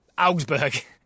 Augsburg